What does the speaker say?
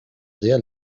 sehr